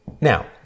Now